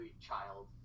child